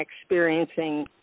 experiencing